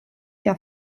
der